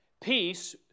Peace